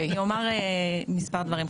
אני אומר מספר דברים.